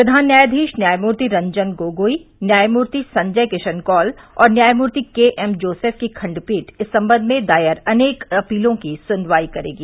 प्रधान न्यायाधीश न्यायमूर्ति रंजन गोगोई न्यायमूर्ति संजय किशन कौल और न्यामूर्ति के एम जोसेफ की खंडपीठ इस संबंध में दायर अनेक अपीलों की सुनवाई करेगी